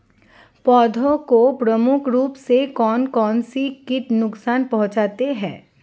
पौधों को प्रमुख रूप से कौन कौन से कीट नुकसान पहुंचाते हैं?